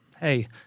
hey